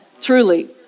Truly